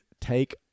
take